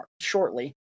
shortly